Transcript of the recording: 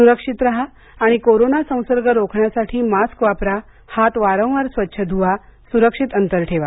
सुरक्षित राहा आणि कोरोना संसर्ग रोखण्यासाठी मास्क वापरा हात वारंवार स्वच्छ धुवा सुरक्षित अंतर ठेवा